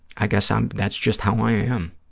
i guess um that's just how i am.